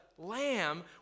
lamb